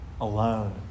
alone